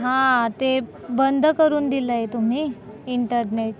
हां ते बंद करून दिलंय तुम्ही इंटरनेट